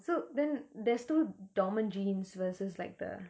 so then there's two dormant genes versus like the